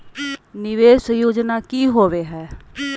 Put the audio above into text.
निवेस योजना की होवे है?